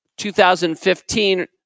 2015